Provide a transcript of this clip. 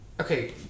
okay